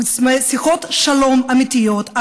שיחות שלום אמיתיות,